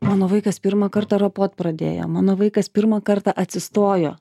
mano vaikas pirmą kartą ropot pradėjo mano vaikas pirmą kartą atsistojo